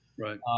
Right